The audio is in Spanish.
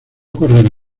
correr